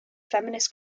feminist